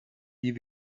die